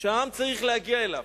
שהעם צריך להגיע אליהם,